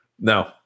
No